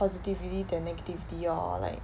positivity than negativity lor like